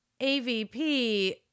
AVP